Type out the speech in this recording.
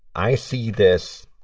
i see this,